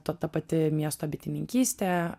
ta ta pati miesto bitininkystė